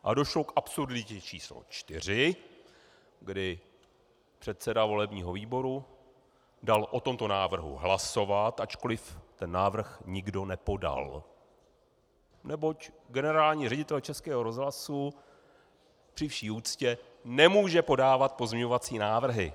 A došlo k absurditě číslo čtyři, kdy předseda volebního výboru dal o tomto návrhu hlasovat, ačkoliv ten návrh nikdo nepodal, neboť generální ředitel Českého rozhlasu, při vší úctě, nemůže podávat pozměňovací návrhy.